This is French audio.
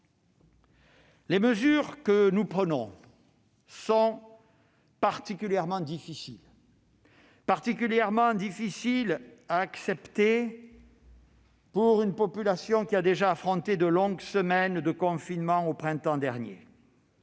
Les mesures que nous prenons sont particulièrement difficiles à accepter pour une population qui a déjà affronté de longues semaines de confinement au printemps dernier.